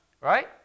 right